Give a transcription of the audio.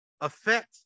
affect